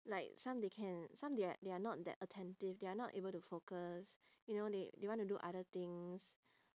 like some they can some they are they are not that attentive they are not able to focus you know they they want to do other things